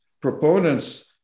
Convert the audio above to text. proponents